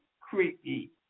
creepy